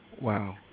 Wow